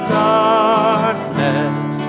darkness